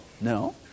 No